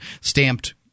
stamped